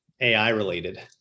AI-related